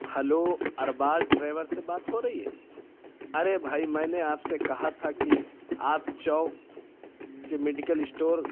hello Arbaz driver سے بات ہو رہی ہے ارے بھائی میں نے آپ سے کہا تھا کہ آپ چوک کے میڈیکل اسٹور